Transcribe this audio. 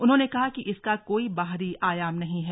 उन्होंने कहा कि इसका कोई बाहरी आयाम नहीं है